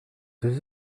deux